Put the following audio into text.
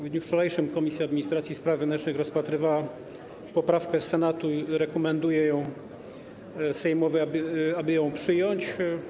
W dniu wczorajszym Komisja Administracji i Spraw Wewnętrznych rozpatrywała poprawkę Senatu i rekomenduje Sejmowi, aby ją przyjąć.